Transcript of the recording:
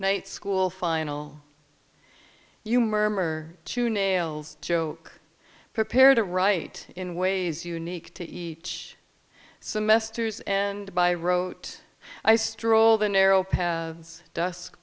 night school final you murmur two nails joe prepared to write in ways unique to each semester and by rote i stroll the narrow paths dusk